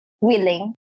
willing